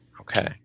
okay